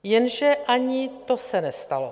Jenže ani to se nestalo.